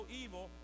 evil